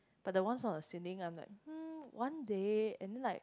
but the ones on the ceiling I'm like mm one day and then like